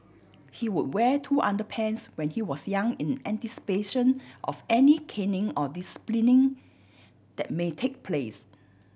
he would wear two underpants when he was young in anticipation of any caning or disciplining that may take place